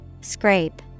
Scrape